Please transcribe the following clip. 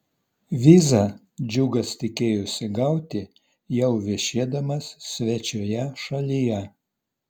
vizą džiugas tikėjosi gauti jau viešėdamas svečioje šalyje